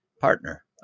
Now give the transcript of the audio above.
partner